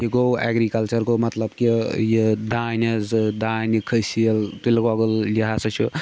یہِ گوٚو اٮ۪گرِکَلچَر گوٚو مطلب کہ یہِ دانہِ زٕ دانہِ کھٔسیٖل تِلہٕ گۄگُل یہِ ہَسا چھُ